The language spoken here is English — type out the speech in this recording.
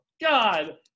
God